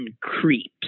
creeps